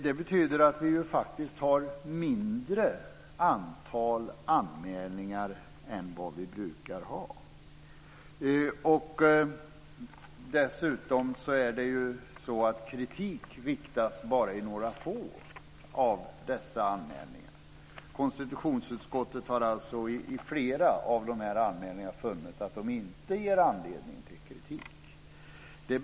Det betyder att det i år är ett mindre antal anmälningar än vi brukar ha. Dessutom riktas kritik bara i några få av dessa anmälningar. Konstitutionsutskottet har alltså funnit att flera av anmälningarna inte ger anledning till kritik.